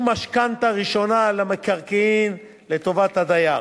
משכנתה ראשונה על המקרקעין לטובת הדייר.